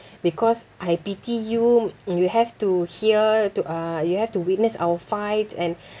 because I pity you you have to hear to uh you have to witness our fight and